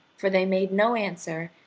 for they made no answer,